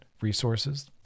resources